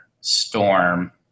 storm